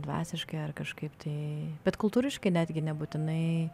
dvasiškai ar kažkaip tai bet kultūriškai netgi nebūtinai